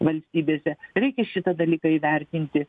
valstybėse reikia šitą dalyką įvertinti